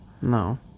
No